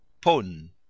Pun